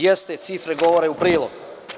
Jeste, cifre govore u prilog.